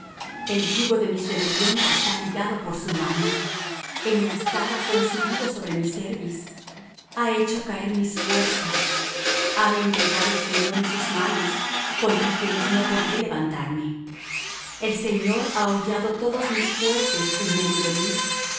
el yugo de mis rebeliones está ligado por su mano enlazadas han subido sobre mi cerviz ha hecho caer mis fuerzas hame entregado el señor en sus manos contra quienes no podré levantarme el señor ha hollado todos mis fuertes en medio de mí